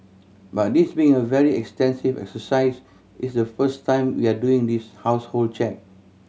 but this being a very extensive exercise it's the first time we are doing this household check